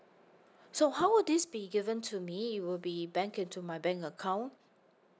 so how will this be given to me it will be bank into my bank account